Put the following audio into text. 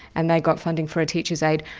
and they got funding for a teacher aide,